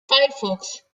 firefox